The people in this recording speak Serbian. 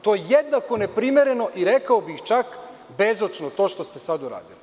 To je jednako neprimereno i rekao bih čak bezočno to što ste sada uradili.